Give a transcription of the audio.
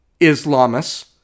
Islamists